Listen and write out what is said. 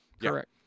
correct